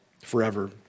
forever